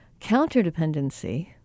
counterdependency